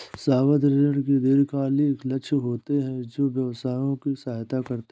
सावधि ऋण के दीर्घकालिक लक्ष्य होते हैं जो व्यवसायों की सहायता करते हैं